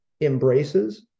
embraces